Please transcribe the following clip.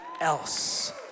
else